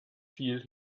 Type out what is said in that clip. viel